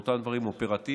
באותם דברים אופרטיביים,